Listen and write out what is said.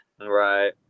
Right